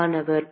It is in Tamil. மாணவர் பரவளைய